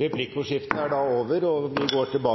Replikkordskiftet er dermed omme.